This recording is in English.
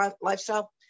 lifestyle